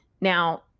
Now